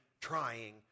trying